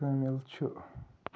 شٲمِل چھُ